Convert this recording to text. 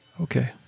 Okay